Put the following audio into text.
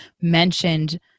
mentioned